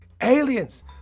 aliens